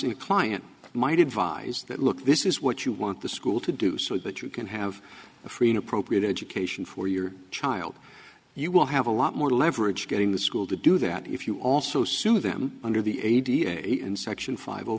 a client might advise that look this is what you want the school to do so that you can have a free an appropriate education for your child you will have a lot more leverage getting the school to do that if you also sue them under the eighty eight in section five